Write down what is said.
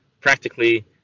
practically